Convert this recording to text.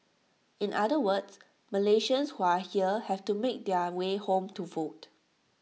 in other words Malaysians who are here have to make their way home to vote